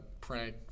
prank